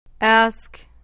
Ask